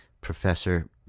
Professor